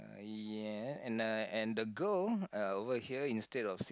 ya and I and the girl uh over here instead of sit